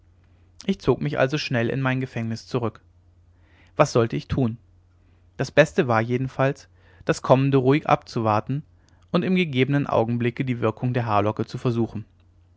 ich zog mich also schnell in mein gefängnis zurück was sollte ich tun das beste war jedenfalls das kommende ruhig abzuwarten und im gegebenen augenblicke die wirkung der haarlocke zu versuchen